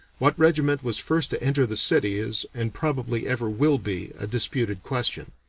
what regiment was first to enter the city is and probably ever will be a disputed question.